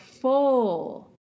full